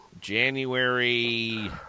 January